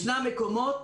ישנם מקומות